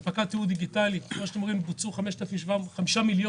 בוצעו מעל חמש מיליון